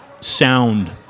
sound